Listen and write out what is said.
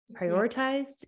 prioritized